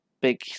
big